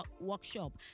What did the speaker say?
workshop